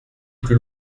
plus